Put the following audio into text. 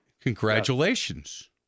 Congratulations